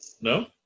No